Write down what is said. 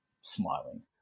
smiling